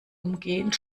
umgehend